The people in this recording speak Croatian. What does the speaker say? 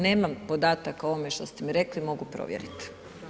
Nemam podataka o ovome što ste mi rekli, mogu provjerit.